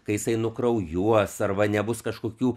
kai jisai nukraujuos arba nebus kažkokių